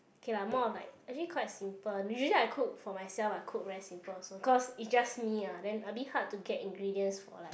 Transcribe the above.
okay lah more of like actually quite simple usually I cook for myself I cook very simple also cause it's just me ah then a bit hard to get ingredients for like